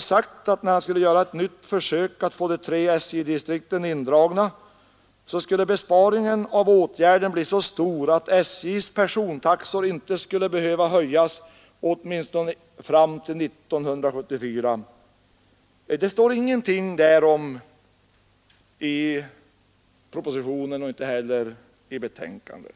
sagt, att när han skulle göra ett nytt försök att få de tre SJ-distrikten indragna, så skulle besparingen av den åtgärden bli så stor att SJ:s persontaxor inte skulle behöva höjas, åtminstone inte förrän år 1974. Det står ingenting därom i propositionen och inte heller i betänkandet.